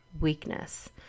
weakness